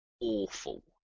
awful